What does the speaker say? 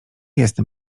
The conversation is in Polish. jestem